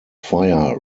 fire